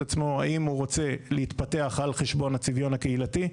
עצמו האם הוא רוצה להתפתח על חשבון הצביון הקהילתי,